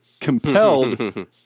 compelled